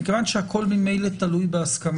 מכיוון שממילא הכול תלוי בהסכמה